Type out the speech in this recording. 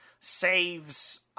saves